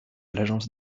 l’agence